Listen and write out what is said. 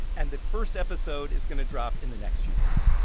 and the first episode is going to drop in the next few days.